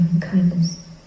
kindness